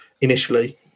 initially